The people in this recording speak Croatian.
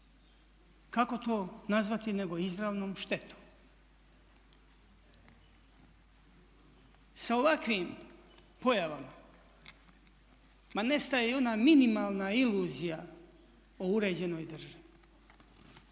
Kako to nazvati, nego izravnom štetom? Sa ovakvim pojavama ma nestaje i ona minimalna iluzija o uređenoj državi.